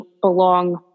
belong